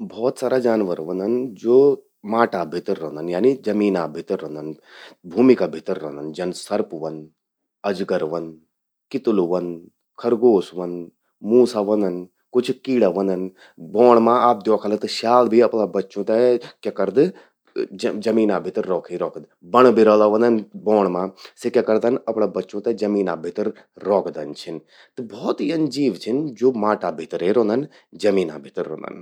भौत सारा जानवर ह्वोंदन, जो माटा भितर रौंदन यानी जमीना भितर रौंदन, भूमि का भितर रौंदन। जन सर्पु ह्वंद, अजगर ह्वंद, कितलु ह्वंद, खरगोश ह्वंद, मूसा ह्वंदन, कुछ कीड़ा ह्वंदन। बौंण मां अगर आप द्योखला त स्याल भी अपणा बच्चूं ते क्या करद, जमीना भितर रौखी रौखद। बणबिरल़ा ह्वंदन बौंण मां, सि क्या करदन अपणा बच्चूं ते जमीना भितर रौखदन छिन। त भौत यन जीव छिन, ज्वो माटा भितर रौंदन, जमीना भितर रौंदन।